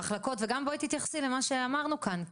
מחלקות ובואי באמת תתייחסי גם למה שאמרנו כאן,